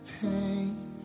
pain